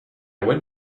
went